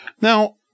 Now